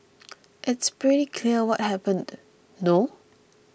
it's pretty clear what happened no